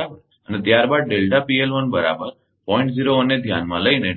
અને ત્યારબાદ ને ધ્યાનમાં લઈને અને